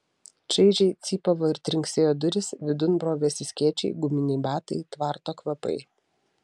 šaižiai cypavo ir trinksėjo durys vidun brovėsi skėčiai guminiai batai tvarto kvapai